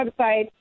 website